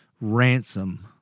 ransom